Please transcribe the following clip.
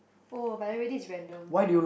oh by the way this random but